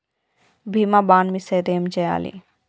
బీమా bond miss అయితే ఏం చేయాలి?